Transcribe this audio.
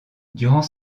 durant